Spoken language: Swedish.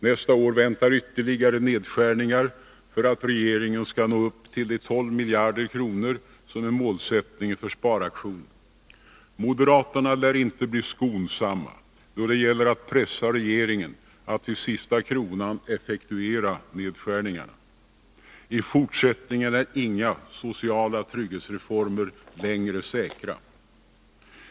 Nästa år väntar ytterligare nedskärningar, för att regeringen ska nå upp till de 12 miljarder kronor som är målsättningen för sparaktionen. Moderaterna lär inte bli skonsamma då det gäller att pressa regeringen att till sista kronan effektuera nedskärningarna. I fortsättningen är inga sociala trygghetsreformer längre säkra.